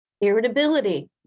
irritability